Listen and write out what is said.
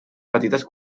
petites